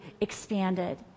expanded